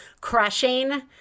crushing